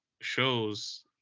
shows